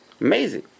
Amazing